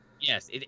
yes